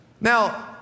now